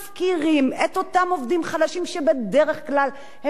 שבדרך כלל הם גם העובדים שמרוויחים שכר מינימום,